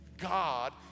God